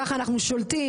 ככה אנחנו שולטים.